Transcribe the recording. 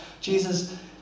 Jesus